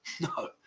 No